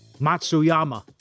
Matsuyama